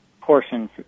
portion